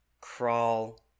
crawl